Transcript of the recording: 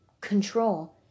Control